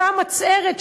אותה מצערת,